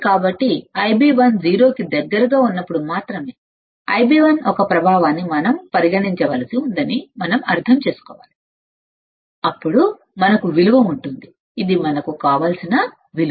కాబట్టి Ib1 సున్నా కి దగ్గరగా ఉన్నప్పుడు మాత్రమే Ib1 యొక్క ప్రభావాన్ని మనం పరిగణించవలసి ఉందని మనం అర్థం చేసుకోవాలి అప్పుడు మనకు విలువ ఉంటుంది ఇది మనకు కావలసిన విలువ